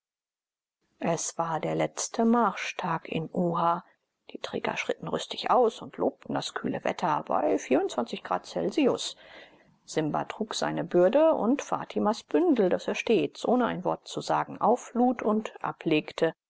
es war der letzte marschtag in uha die träger schritten rüstig aus und lobten das kühle wetter bei vierundzwanzig grad celsius simba trug seine bürde und fatimas bündel das er stets ohne ein wort zu sagen auflud und ablegte